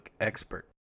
expert